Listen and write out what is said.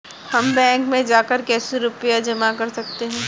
हम बैंक में जाकर कैसे रुपया जमा कर सकते हैं?